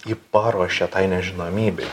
jį paruošė tai nežinomybei